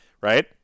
right